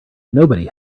nobody